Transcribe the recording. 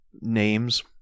names